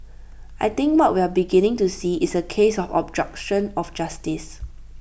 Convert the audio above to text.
I think what we are beginning to see is A case of obstruction of justice